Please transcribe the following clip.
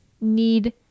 need